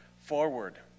forward